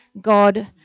God